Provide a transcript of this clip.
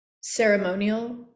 ceremonial